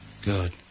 good